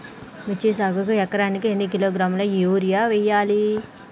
మిర్చి సాగుకు ఎకరానికి ఎన్ని కిలోగ్రాముల యూరియా వేయాలి?